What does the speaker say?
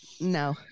no